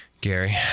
Gary